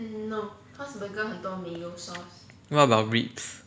what about ribs